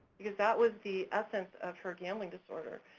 because that was the essence of her gambling disorder.